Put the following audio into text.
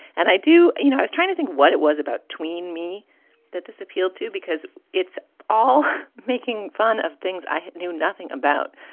and i do you know, i was trying to think what it was about tween me that this appealed. because it's all making fun of things i knew nothing about.